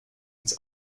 ins